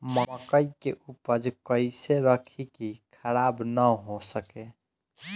मकई के उपज कइसे रखी की खराब न हो सके?